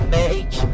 make